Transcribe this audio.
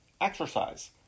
exercise